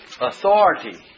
authority